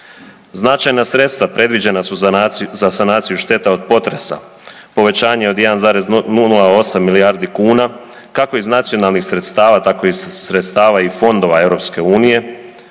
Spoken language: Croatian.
Značajna sredstva predviđena su za sanaciju šteta od potresa, povećanje od 1,08 milijardi kuna kako iz nacionalnih sredstava tako i iz sredstava i fondova EU.